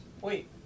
Wait